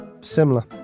similar